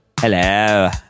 Hello